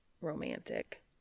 romantic